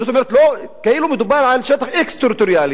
זאת אומרת כאילו מדובר על שטח אקסטריטוריאלי,